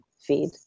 feed